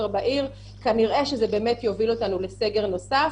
בעיר כנראה באמת תוביל אותנו לסגר נוסף,